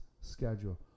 schedule